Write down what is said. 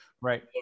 Right